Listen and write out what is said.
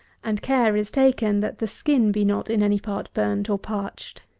and care is taken, that the skin be not in any part burnt, or parched.